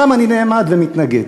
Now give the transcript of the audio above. שם אני נעמד ומתנגד.